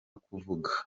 kuvuga